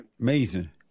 Amazing